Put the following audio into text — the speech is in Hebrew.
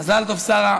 מזל טוב, שרה.